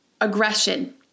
aggression